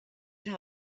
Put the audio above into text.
knew